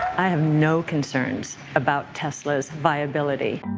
i have no concerns about tesla's viability.